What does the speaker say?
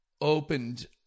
opened